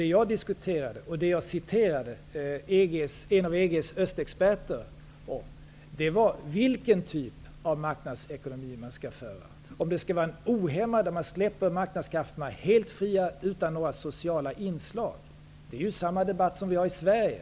Det vi diskuterar -- jag citerade en av EG:s östexperter -- är vilken typ av marknadsekonomi som man skall ha, om det skall vara en ohämmad marknadsekonomi som innebär att marknadskrafterna släpps helt fria utan att det finns några sociala inslag. Detta är ju samma debatt som vi för i Sverige.